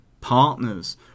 partners